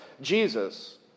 Jesus